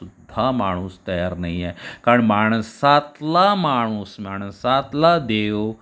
सुद्धा माणूस तयार नाही आहे कारण माणसातला माणूस माणसातला देव